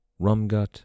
Rumgut